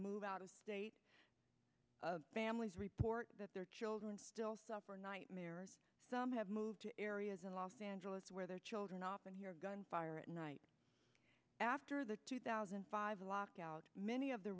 move out of date of families report that their children still suffer a nightmare some have moved to areas in los angeles where their children often hear gunfire at night after the two thousand and five lockout many of the